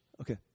Okay